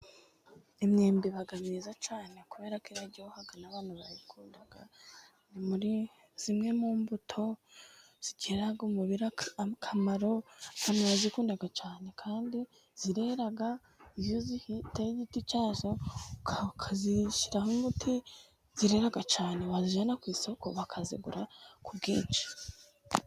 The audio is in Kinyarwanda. Imyembe iba myiza cyane, kubera ko iraryoha n'abantu barayikunda, ni muri zimwe mu mbuto zigirira umubiri akamaro, abantu barayikunda cyane, kandi irera, iyo uteye igiti cya yo ukayishyiraho umuti, irera cyane, bayijyana ku isoko, bakayigura ku bwinshi.